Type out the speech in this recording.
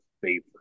favorite